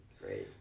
Great